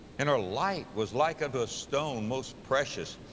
and her light was like unto a stone most precious,